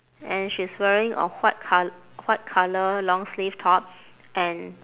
and she's wearing a white col~ white colour long sleeve top and